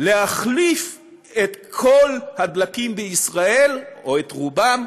להחליף את כל הדלקים בישראל או את רובם